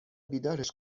بیدارش